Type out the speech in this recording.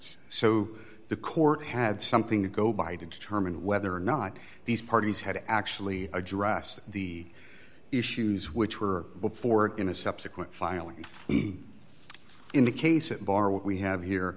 so the court had something to go by to determine whether or not these parties had actually addressed the issues which were put forward in a subsequent filing in the case at bar what we have here